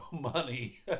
money